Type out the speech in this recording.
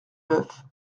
neuf